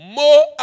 more